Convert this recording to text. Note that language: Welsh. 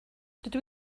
dydw